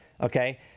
okay